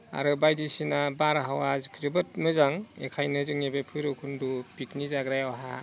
आरो बायदिसिना बारहावा जोबोद मोजां एखायनो जोंनि बे भैराबकुन्द पिकनिक जाग्रायावहा